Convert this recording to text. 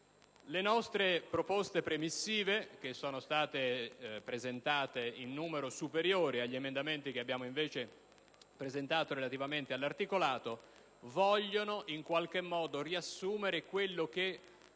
Le nostre proposte premissive, presentate in numero superiore agli emendamenti che abbiamo presentato all'articolato, vogliono in qualche modo riassumere quello che,